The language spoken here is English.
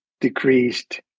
decreased